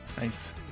Nice